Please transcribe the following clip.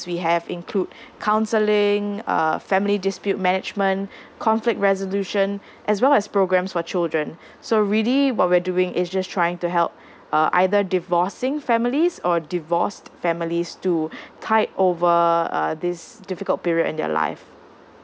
we have include counselling uh family dispute management conflict resolution as well as programmes for children so really what we are doing is just trying to help uh either divorcing families or divorced families to tide over uh this difficult period in their life